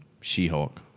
She-Hulk